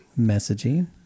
Messaging